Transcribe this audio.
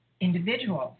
individuals